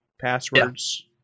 passwords